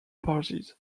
parties